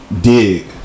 dig